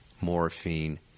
morphine